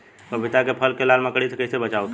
पपीता के फल के लाल मकड़ी से कइसे बचाव होखि?